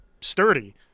sturdy